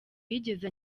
yigeze